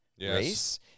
race